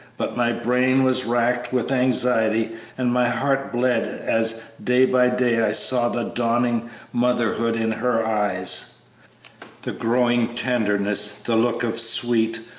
but my brain was racked with anxiety and my heart bled as day by day i saw the dawning motherhood in her eyes the growing tenderness, the look of sweet,